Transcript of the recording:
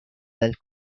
del